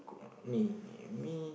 uh me